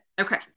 Okay